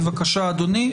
בבקשה, אדוני.